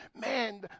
Man